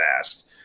fast